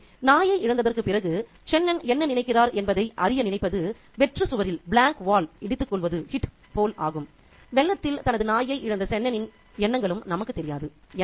எனவே நாயை இழந்ததற்கு பிறகு சென்னன் என்ன நினைக்கிறார் என்பதை அறிய நினைப்பது வெற்று சுவரில் இடித்துக்கொள்வது போல் ஆகும் வெள்ளத்தில் தனது நாயை இழந்த சென்னனின் எண்ணங்களும் நமக்கு தெரியாது